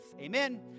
Amen